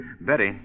Betty